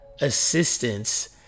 assistance